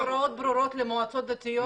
אתה שלחת הוראות ברורות למועצות הדתיות?